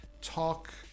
talk